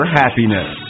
happiness